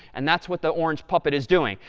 and that's what the orange puppet is doing.